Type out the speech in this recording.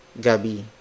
gabi